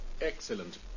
Excellent